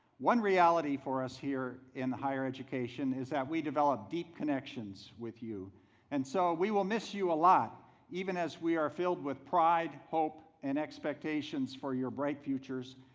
one reality for us here, in the higher education, is that we develop deep connections with you and so we will miss you a lot even as we are filled with pride, hope and expectations for your bright futures.